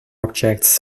objects